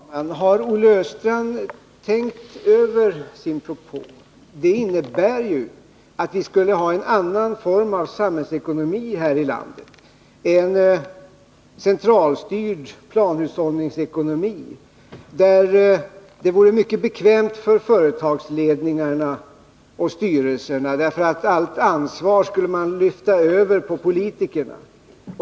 Herr talman! Har Olle Östrand tänkt över sin propå? Den innebär ju att vi skulle ha en annan form av samhällsekonomi i det här landet, en centralstyrd planhushållningsekonomi. Det vore mycket bekvämt för företagsledningarna och styrelserna, därför att allt ansvar skulle lyftas över på politikerna.